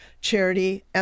charity